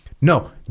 No